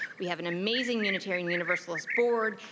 we have an amazing unitarian universalist board.